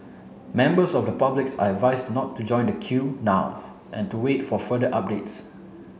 members of the public are advised not to join the queue now and to wait for further updates